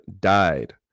died